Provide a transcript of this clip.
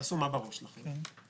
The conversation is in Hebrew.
תעשו מה שבראש שלכם.